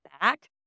back